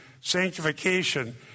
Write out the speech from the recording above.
sanctification